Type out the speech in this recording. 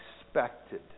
expected